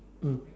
mm